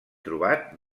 trobat